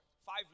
Five